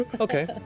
Okay